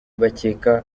bakeka